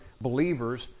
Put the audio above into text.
believers